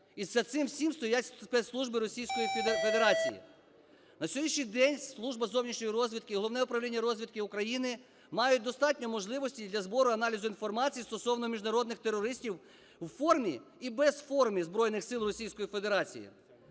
І за цим всім стоять спецслужби Російської Федерації. На сьогоднішній день Служба зовнішньої розвідки і Головне управління розвідки України мають достатньо можливостей для збору й аналізу інформації стосовно міжнародних терористів у формі і без форми Збройних сил Російської Федерації.